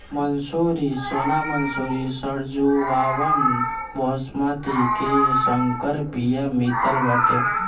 मंसूरी, सोना मंसूरी, सरजूबावन, बॉसमति के संकर बिया मितल बाटे